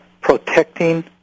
protecting